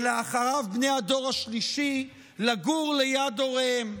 ואחריו בני הדור השלישי, לגור ליד הוריהם.